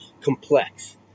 complex